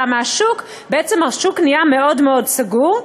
והוצאה שלה מהשוק, בעצם השוק נהיה מאוד מאוד סגור.